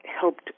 helped